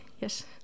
yes